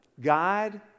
God